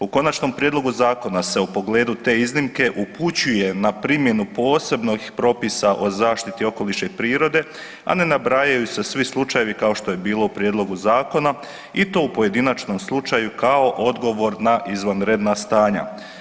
U konačnom prijedlogu zakona se u pogledu te iznimke upućuje na primjenu posebnih propisa o zaštiti okoliša i prirode, a ne nabrajaju se svi slučajevi kao što je bilo u prijedlogu zakona i to u pojedinačnom slučaju kao odgovor na izvanredna stanja.